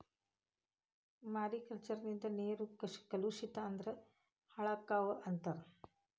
mariculture ನಿಂದ ನೇರು ಕಲುಷಿಸ ಅಂದ್ರ ಹಾಳಕ್ಕಾವ ಅಂತಾರ